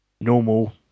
normal